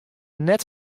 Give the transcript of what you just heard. net